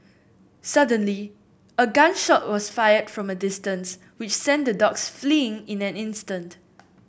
suddenly a gun shot was fired from distance which sent the dogs fleeing in an instant